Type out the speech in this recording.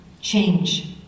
change